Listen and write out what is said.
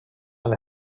han